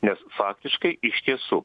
nes faktiškai iš tiesų